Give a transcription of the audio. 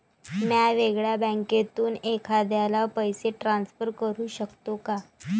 म्या वेगळ्या बँकेतून एखाद्याला पैसे ट्रान्सफर करू शकतो का?